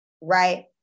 right